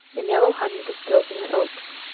and yellow honey distilled from the oaks.